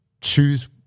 choose